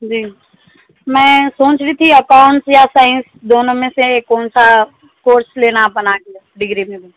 جی میں سوچ رہی تھی اکاؤنٹس یا سائنس دونوں میں سے ایک کون سا کورس لینا اپنا ڈگری میں